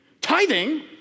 Tithing